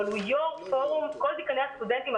אבל הוא יו"ר פורום כל דיקני הסטודנטים,